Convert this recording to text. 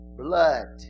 blood